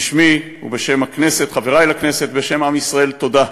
בשמי ובשם הכנסת, חברי לכנסת, בשם עם ישראל: תודה,